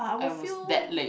I was that late